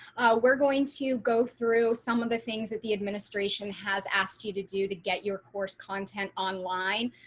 we're going to go through some of the things that the administration has asked you to do to get your course content online.